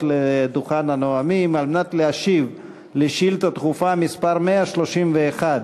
לדוכן הנואמים על מנת להשיב על שאילתה דחופה מס' 131